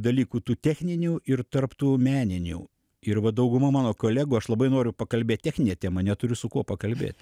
dalykų tų techninių ir tarp tų meninių ir va dauguma mano kolegų aš labai noriu pakalbėt technine tema neturiu su kuo pakalbėt